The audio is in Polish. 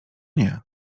nie